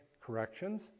corrections